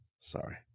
Sorry